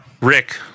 Rick